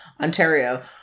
Ontario